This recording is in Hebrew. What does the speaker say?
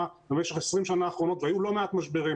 במשך 20 השנים האחרונות והיו לא מעט משברים.